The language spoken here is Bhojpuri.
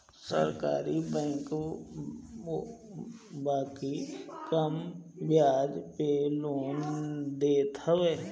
सरकारी बैंक बाकी कम बियाज पे लोन देत हवे